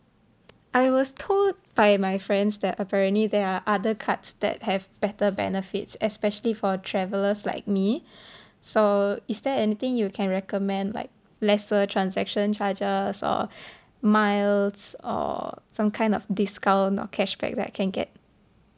I was told by my friends that apparently there are other cards that have better benefits especially for travellers like me so is there anything you can recommend like lesser transaction charges or miles or some kind of discount or cashback that I can get